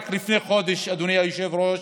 רק לפני חודש, אדוני היושב-ראש,